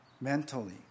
mentally